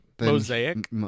Mosaic